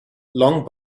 long